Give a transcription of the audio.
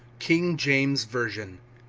king james version,